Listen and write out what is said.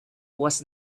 was